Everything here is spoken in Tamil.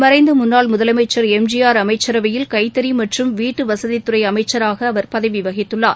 மறைந்த முன்னாள் முதலமைச்சர் எம் ஜி ஆர் அமைச்சரவையில் கைத்தறி மற்றும் வீட்டுவசதித்துறை அமைச்சராக அவர் பதவி வகித்துள்ளார்